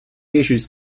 issues